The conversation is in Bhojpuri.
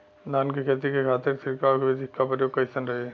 धान के खेती के खातीर छिड़काव विधी के प्रयोग कइसन रही?